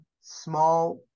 small